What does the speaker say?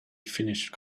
finished